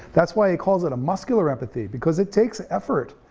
that's why he calls it a muscular empathy because it takes effort,